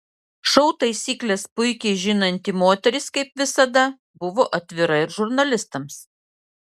šou taisykles puikiai žinanti moteris kaip visada buvo atvira ir žurnalistams